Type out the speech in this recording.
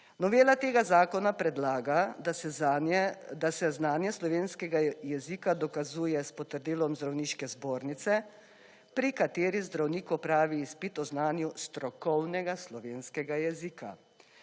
Novela tega zakona predlaga, da se znanje slovenskega jezika dokazuje s potrdilom zdravniške zbornice, pri kateri zdravnik opravi izpit o znanju strokovnega slovenskega jezika.